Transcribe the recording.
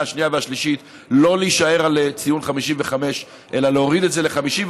השנייה והשלישית לא להישאר על ציון 55 אלא להוריד את זה ל-50.